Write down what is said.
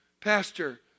Pastor